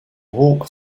walk